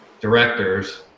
directors